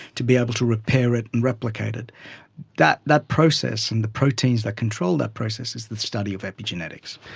to be able to repair it and replicate it, that that process, and the proteins that control that process, is the study of epigenetics.